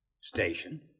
station